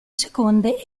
seconde